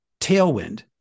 tailwind